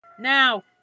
now